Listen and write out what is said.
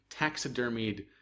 taxidermied